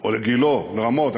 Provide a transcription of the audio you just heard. או לגילה, לרמות.